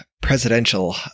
presidential